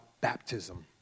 baptism